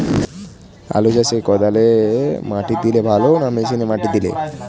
আলু চাষে কদালে মাটি দিলে ভালো না মেশিনে মাটি দিলে?